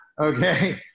Okay